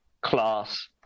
class